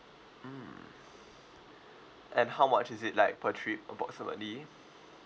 mm and how much is it like per trip approximately